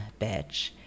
bitch